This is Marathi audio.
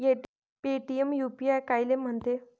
पेटीएम यू.पी.आय कायले म्हनते?